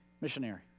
missionary